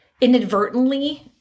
inadvertently